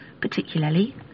particularly